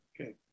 Okay